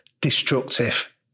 destructive